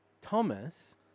Thomas